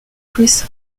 chris